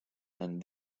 and